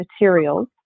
materials